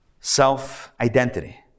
self-identity